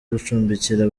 gucumbikira